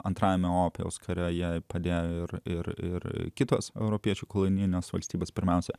antrajame opijaus kare jai padėjo ir ir kitos europiečių kolonijinės valstybės pirmiausia